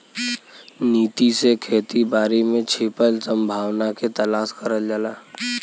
नीति से खेती बारी में छिपल संभावना के तलाश करल जाला